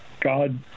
God